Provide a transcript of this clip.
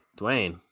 Dwayne